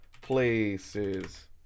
places